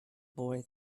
boy